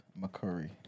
McCurry